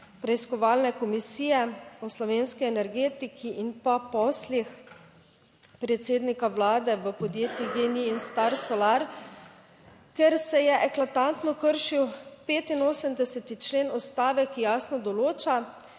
preiskovalne komisije o slovenski energetiki in pa poslih predsednika Vlade v podjetjih Gen-I, Star Solar, ker se je eklatantno kršil 85. člen Ustave, ki jasno določa,